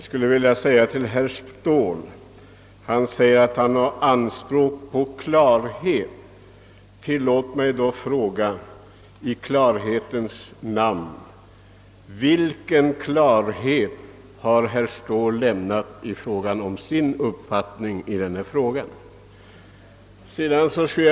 Herr talman! Herr Ståhl ställde anspråk på klarhet. Tillåt mig då att i klarhetens namn fråga: Vilken klarhet har herr Ståhl lämnat i fråga om sin uppfattning härvidlag?